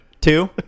Two